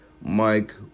Mike